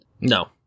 No